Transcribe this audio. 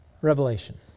Revelation